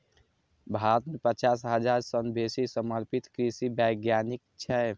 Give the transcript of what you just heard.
भारत मे पचास हजार सं बेसी समर्पित कृषि वैज्ञानिक छै